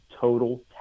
total